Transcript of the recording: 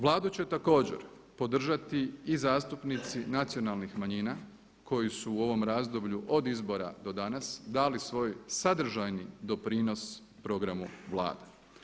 Vladu će također podržati i zastupnici Nacionalnih manjina koji su u ovom razdoblju od izbora do danas dali svoj sadržajni doprinos programu Vlade.